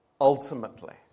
ultimately